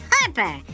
Harper